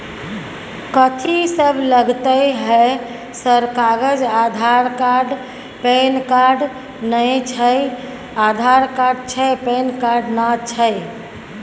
कथि सब लगतै है सर कागज आधार कार्ड पैन कार्ड नए छै आधार कार्ड छै पैन कार्ड ना छै?